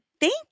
Thank